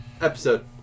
episode